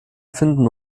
finden